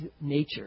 nature